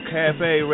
Cafe